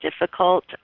difficult